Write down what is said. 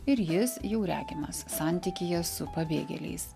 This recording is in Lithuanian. ir jis jau regimas santykyje su pabėgėliais